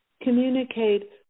communicate